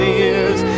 ears